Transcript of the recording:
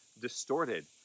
distorted